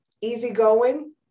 easygoing